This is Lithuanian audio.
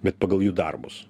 bet pagal jų darbus